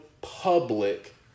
public